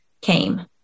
came